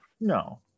No